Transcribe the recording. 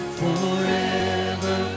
forever